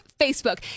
facebook